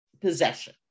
possession